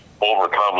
overcome